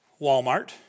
Walmart